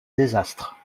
désastre